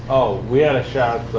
oh, we ought to shout,